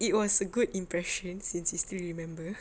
it was a good impression since he still remember